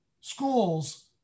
schools